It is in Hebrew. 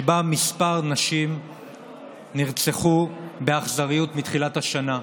שבה כמה נשים נרצחו באכזריות מתחילת השנה.